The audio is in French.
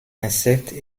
insectes